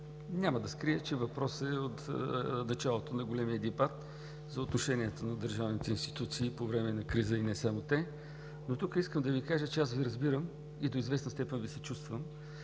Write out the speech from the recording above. Няма да скрия, че въпросът е от началото на големия дебат за отношението на държавните институции по време на криза и не само те. Тук искам да Ви кажа, че аз Ви разбирам и до известна степен Ви съчувствам.